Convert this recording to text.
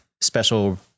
special